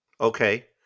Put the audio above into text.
Okay